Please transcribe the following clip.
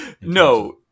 No